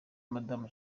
madamu